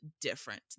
different